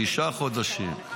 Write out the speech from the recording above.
תשעה חודשים,